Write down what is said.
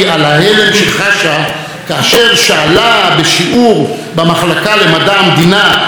בשיעור במחלקה למדע המדינה את אחד הפרופסורים המוערכים והאהובים,